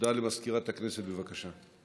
הודעה למזכירת הכנסת, בבקשה.